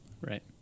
Right